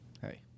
Hey